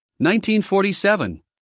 1947